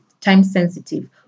time-sensitive